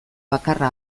bakarra